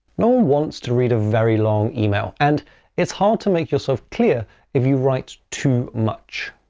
no one wants to read a very long email, and it's hard to make yourself clear if you write too much.